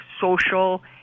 social